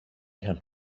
είχαν